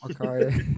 Okay